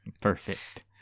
Perfect